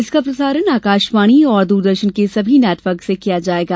इसका प्रसारण आकाशवाणी और द्रदर्शन के सभी नेटवर्क से किया जायेगा